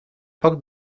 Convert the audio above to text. poc